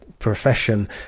profession